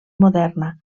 moderna